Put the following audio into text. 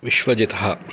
विश्वजितः